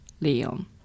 Leon